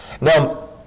Now